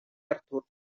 artur